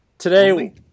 Today